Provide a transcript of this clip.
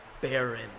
Baron